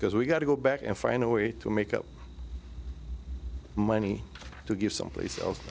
because we got to go back and find a way to make up money to give someplace else